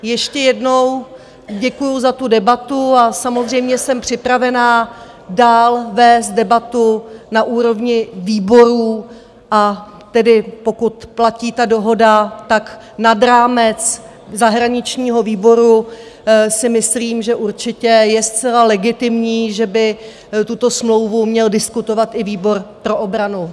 Ještě jednou děkuji za tu debatu a samozřejmě jsem připravena dál vést debatu na úrovni výborů, a tedy pokud platí ta dohoda, tak nad rámec zahraničního výboru si myslím, že určitě je zcela legitimní, že by tuto smlouvu měl diskutovat i výbor pro obranu.